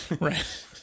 Right